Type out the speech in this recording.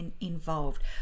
involved